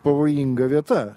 pavojinga vieta